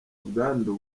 ubwandu